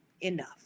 enough